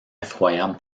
effroyable